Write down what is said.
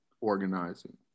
organizing